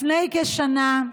לפני כשנה,